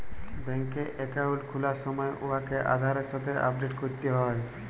ব্যাংকে একাউল্ট খুলার সময় উয়াকে আধারের সাথে আপডেট ক্যরতে হ্যয়